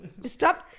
Stop